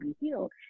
healed